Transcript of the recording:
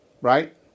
right